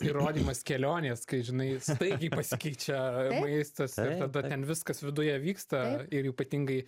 įrodymas kelionės kai žinai staigiai pasikeičia maistas ir tada ten viskas viduje vyksta ir ypatingai